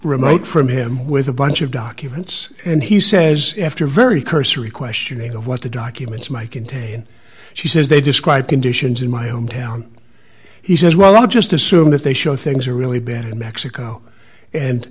remote from him with a bunch of documents and he says after a very cursory questioning of what the documents my contain she says they describe conditions in my hometown he says well i just assume that they show things are really bad in mexico and